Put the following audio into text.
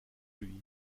lui